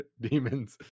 demons